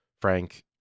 Frank